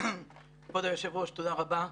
כבוד היושב-ראש, תודה רבה,